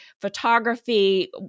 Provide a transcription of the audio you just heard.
photography